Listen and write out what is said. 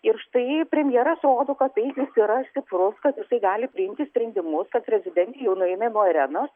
ir štai premjeras rodo kad taip jis yra stiprus kad jisai gali priimti sprendimus kad prezidentė jau nueina nuo arenos